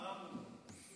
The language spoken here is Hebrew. תרמנו את זה.